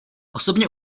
osobně